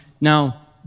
Now